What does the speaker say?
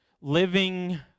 Living